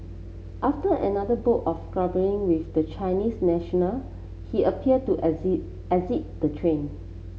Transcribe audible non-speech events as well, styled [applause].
after another bout of [unintelligible] with the Chinese national he appear to [unintelligible] exit the train